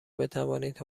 بتوانید